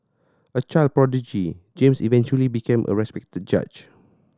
a child prodigy James eventually became a respected judge